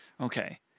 Okay